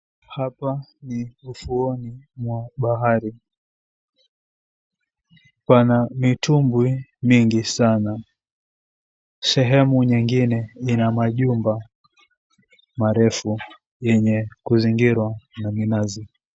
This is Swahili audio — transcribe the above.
Hapa ni ufuoni mwa bahari. Pana mitumbwi mingi sana. Sehemu nyingine ina majumba marefu yenye kuzingirwa na minazi.